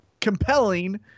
compelling